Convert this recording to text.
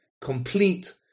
complete